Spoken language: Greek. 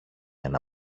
ένα